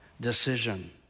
decision